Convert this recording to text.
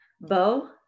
Bo